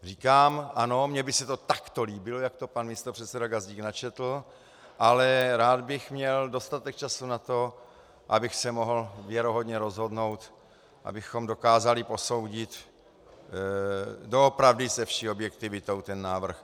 Říkám ano, mně by se to takto líbilo, jak to pan místopředseda Gazdík načetl, ale rád bych měl dostatek času na to, abych se mohl věrohodně rozhodnout, abychom dokázali posoudit doopravdy se vší objektivitou ten návrh.